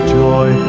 joy